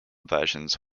versions